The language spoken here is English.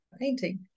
painting